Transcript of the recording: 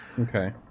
okay